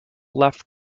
left